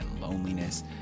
loneliness